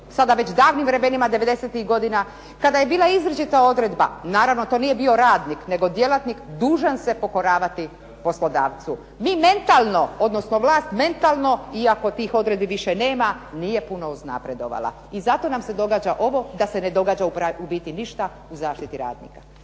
sada već davnim vremenima 90-tih godina kada je bila izričita odredba, naravno da to nije bilo radnik, nego djelatnik dužan se pokoravati poslodavcu. Vi mentalno, odnosno vlast mentalno iako tih odredbi više nema, nije puno uznapredovala. I zato nam se događa ovo da se ne događa u biti ništa u zaštiti radnika.